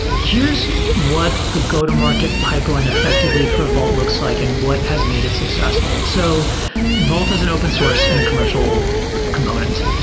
what the go-to-market pipeline effectively for vault looks like and what has made it successful so vault has an open source and a commercial component.